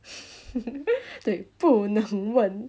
对不能问